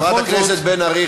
חברת הכנסת בן ארי,